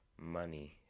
money